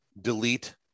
delete